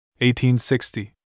1860